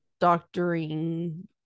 doctoring